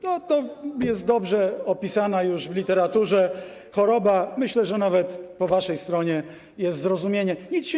No, to jest dobrze opisana już w literaturze choroba, myślę, że nawet po waszej stronie jest zrozumienie: nic się